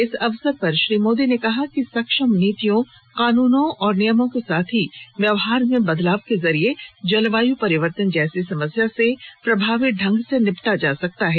इस अवसर पर मोदी ने कहा कि सक्षम नीतियों कानूनों और नियमों के साथ ही व्यवहार में बदलाव के जरिए जलवाय् परिवर्तन जैसी समस्या से प्रभावी ढंग से निपटा जा सकता है